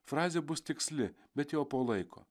frazė bus tiksli bet jau po laiko